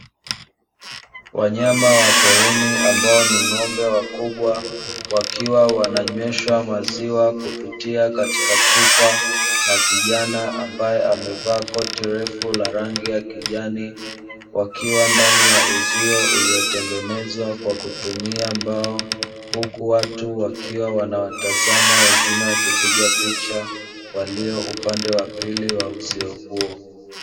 Wanyama wa porini ambao ni ng'ombe wakubwa wakiwa wananywesha maziwa kupitia katika chupa na kijana, ambaye amevaa koti refu la rangi ya kijani wakiwa ndani ya uzio, uliotengenezwa kwa kutumia mbao huku watu wakiwa wanawatazama wengine wakipiga picha Walio upande wa pili wa uzio huo.